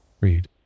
Read